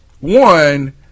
One